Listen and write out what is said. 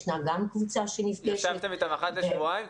ישנה גם קבוצה שנפגשת -- ישבתם אחת לשבועיים?